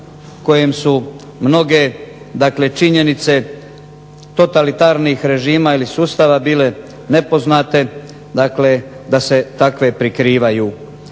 kojem su mnoge dakle činjenice totalitarnih režima ili sustava bile nepoznate. Dakle, da se takve prikrivaju.